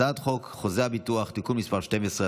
הצעת חוק חוזה הביטוח (תיקון מס' 12),